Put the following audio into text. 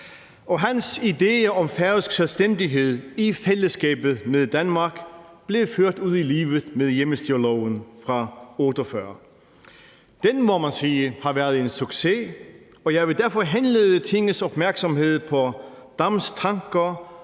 Hans idé om færøsk selvstændighed i fællesskabet med Danmark blev ført ud i livet med hjemmestyreloven fra 1948. Den må man sige har været en succes, og jeg vil derfor henlede Tingets opmærksomhed på Dams tanker